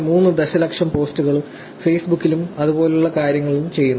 3 ദശലക്ഷം പോസ്റ്റുകൾ ഫേസ്ബുക്കിലും അതുപോലുള്ള കാര്യങ്ങളിലും ചെയ്യുന്നു